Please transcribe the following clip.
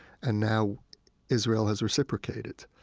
and now israel has reciprocated.